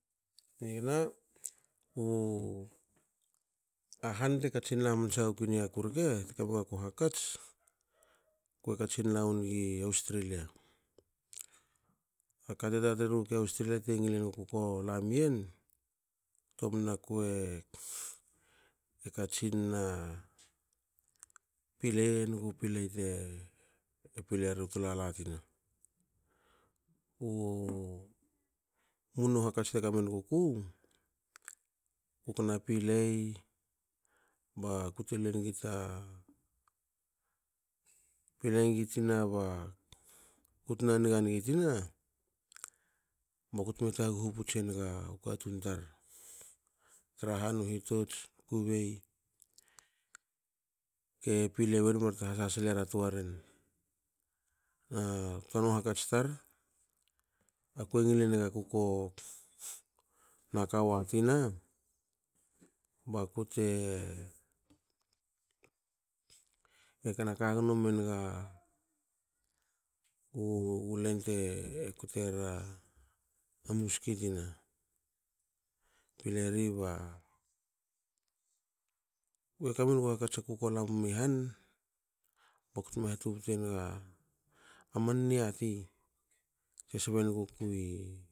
Nigna u a han te katsin la hamansa gakui niaku rke kote gaku hakats, kue katsin lawo nig australia. Aka te tra tre nugukui australia te ngil enuguku kolamien ktomna kue e katsin na pilei enugu pilei te pilei eru tolala tina. U munu hakats teka menguku ku kona pilei bakute luengi ta pilei nigi tina ba kutna niga nigi tina. bakume taguhu puts enga u katun tar tra han. Hitots. kukubei ke pilei wen barte ha sasalera toren. A tanu hakats tar akue ngil enaga akuko naka wa tina bakute tnaka naka gonomenga u len te kotera a muski tina. Pilei ri ba kue kamenugu hakats aku ko lawmi han baktme habute naga man niati te sebe nuguku i